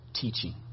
teaching